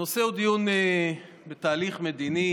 הנושא הוא דיון בתהליך מדיני